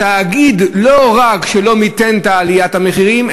לא רק שהתאגיד לא מיתן את עליית המחירים,